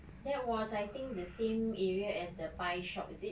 that was I think the same area as the pie shop is it